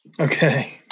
Okay